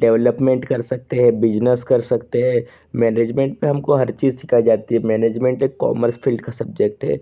development कर सकते हैं बिजनेस कर सकते हैं मैनेजमेंट में हमको हर चीज सिखाई जाती है मैंनेजमेंट एक कॉमर्स फील्ड का सब्जेक्ट है